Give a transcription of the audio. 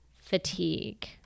fatigue